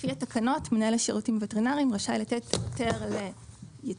לפי התקנות מנהל השירותים הווטרינריים רשאי לתת היתר לייצור,